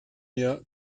mir